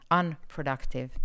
unproductive